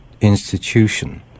institution